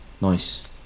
Nice